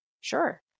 Sure